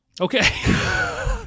Okay